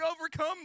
overcome